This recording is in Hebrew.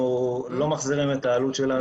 אנחנו לא מחזירים את העלות שלנו.